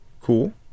Cool